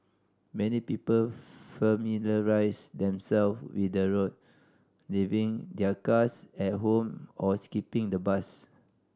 many people familiarised themselves with the route leaving their cars at home or skipping the bus